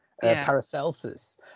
Paracelsus